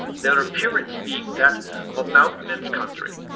their appearance being that of a mountainous country,